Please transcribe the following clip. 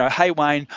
ah hey wayne,